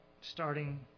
starting